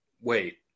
wait